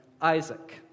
Isaac